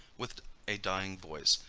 with a dying voice,